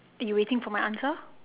are you waiting for my answer